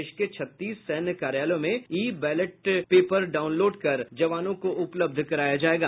देश के छत्तीस सैन्य कार्यालयों में ई बैलेट पेपर डाउनलोड कर जवानों को उपलब्ध कराया जायेगा